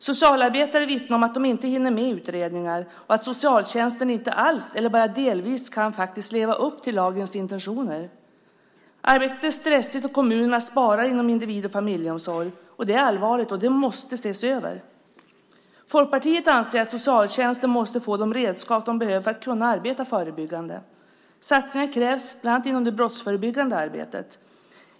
Socialarbetare vittnar om att de inte hinner med utredningar och att socialtjänsten inte alls eller bara delvis kan leva upp till lagens intentioner. Arbetet är stressigt, och kommunerna sparar inom individ och familjeomsorg. Det är allvarligt, och det måste ses över. Folkpartiet anser att socialtjänsten måste få de redskap de behöver för att kunna arbeta förebyggande. Satsningar krävs bland annat inom det brottsförebyggande arbetet.